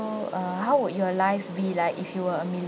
err how would your life be like if you were a